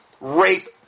rape